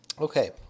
Okay